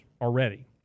already